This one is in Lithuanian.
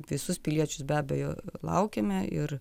visus piliečius be abejo laukiame ir